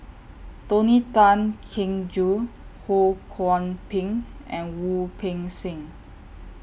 Tony Tan Keng Joo Ho Kwon Ping and Wu Peng Seng